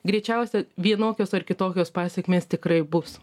greičiausia vienokios ar kitokios pasekmės tikrai bus